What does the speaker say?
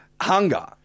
hunger